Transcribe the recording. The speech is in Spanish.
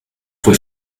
fue